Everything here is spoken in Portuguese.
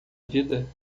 vida